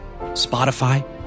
Spotify